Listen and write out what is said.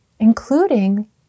including